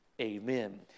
Amen